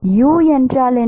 u என்றால் என்ன